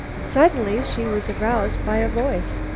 suddenly, she was aroused by a voice.